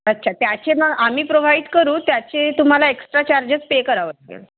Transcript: अच्छा त्याचे मग आम्ही प्रोव्हाइड करू त्याचे तुम्हाला एक्स्ट्रा चार्जेस पे करावं